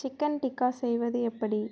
chicken tikka செய்வது எப்படி